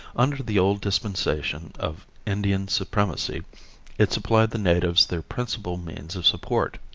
under the old dispensation of indian supremacy it supplied the natives their principal means of support.